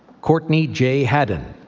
courtney j. hadden,